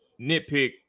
nitpick